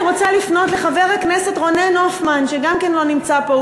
אני רוצה לפנות לחבר הכנסת רונן הופמן שגם כן לא נמצא פה,